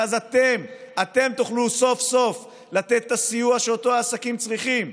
ואז אתם תוכלו סוף--סוף לתת את הסיוע שאותו העסקים צריכים,